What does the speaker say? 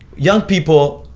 young people,